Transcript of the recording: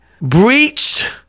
breached